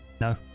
No